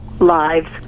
lives